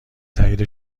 تایید